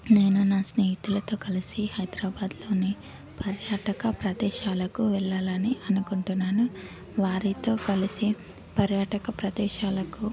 నేను నా స్నేహితులతో కలిసి హైదరబాద్లోని పర్యాటక ప్రదేశాలకు వెళ్ళాలని అనుకుంటున్నాను వారితో కలిసి పర్యాటక ప్రదేశాలకు